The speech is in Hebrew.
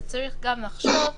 אז צריך גם לחשוב,